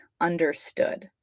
understood